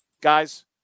Guys